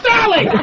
Sally